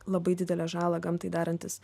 labai didelę žalą gamtai darantis